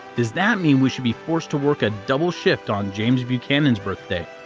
does that mean we should be forced to work a double shift on james buchanan's birthday?